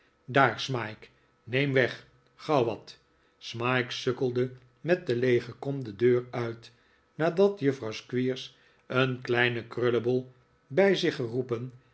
daar smike neem weg gauw wat smike sukkelde met de leege kom de deur uit en nadat juffrouw squeers een kleinen krullebol bij zich geroepen